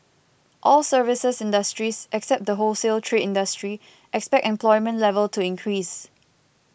all services industries except the wholesale trade industry expect employment level to increase